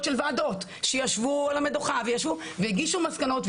של ועדות שישבו על המדוכה והגישו מסקנות.